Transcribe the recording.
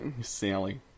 Sally